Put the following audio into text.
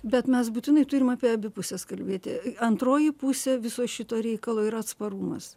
bet mes būtinai turim apie abi puses kalbėti antroji pusė viso šito reikalo yra atsparumas